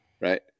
right